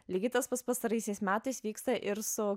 lygiai tas pats pastaraisiais metais vyksta ir su